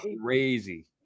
crazy